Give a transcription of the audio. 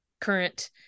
current